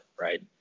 right